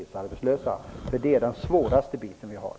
Det här är den svåraste biten för oss.